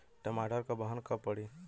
टमाटर क बहन कब पड़ी?